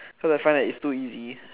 cause I find that it was too easy